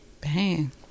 Bang